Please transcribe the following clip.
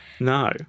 No